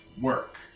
work